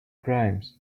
crimes